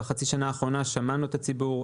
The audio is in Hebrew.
בחצי השנה האחרונה שמענו את הציבור,